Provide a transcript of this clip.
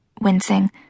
wincing